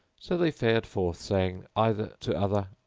so they fared forth saying either to other,